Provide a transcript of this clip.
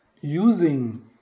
using